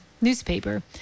newspaper